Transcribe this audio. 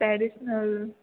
traditional